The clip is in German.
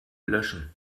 löschen